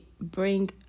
bring